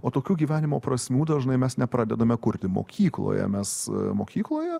o tokių gyvenimo prasmių dažnai mes nepradedame kurti mokykloje mes mokykloje